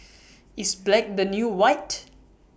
is black the new white